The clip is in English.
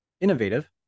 Innovative